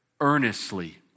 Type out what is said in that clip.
earnestly